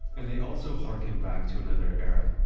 and they also harken back to another era.